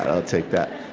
i'll take that.